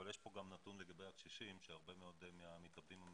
אבל יש פה גם נתון לגבי הקשישים שהרבה מאוד מהמתאבדים הם